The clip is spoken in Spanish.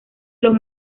los